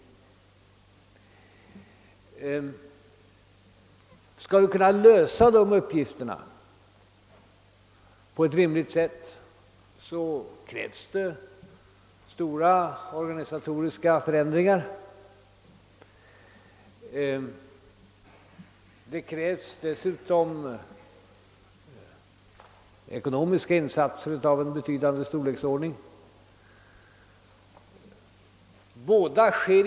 Om vi skall kunna lösa dessa uppgifter på ett rimligt sätt, krävs stora organisatoriska = förändringar. Dessutom krävs det ekonomiska insatser av betydande storleksordning.